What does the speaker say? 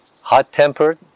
hot-tempered